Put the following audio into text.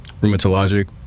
rheumatologic